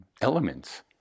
elements